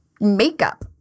makeup